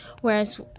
whereas